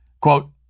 Quote